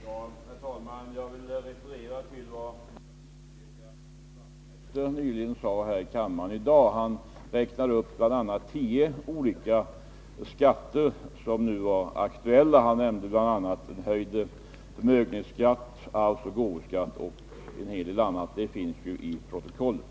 Herr talman! Jag vill referera till vad Knut Wachtmeister nyss sade här i kammaren. Han räknade upp tio olika skatter som nu var aktuella. Bl. a. nämnde han höjd förmögenhetsskatt samt arvsoch gåvoskatt. De övriga nämnda skatterna framgår av debattprotokollet.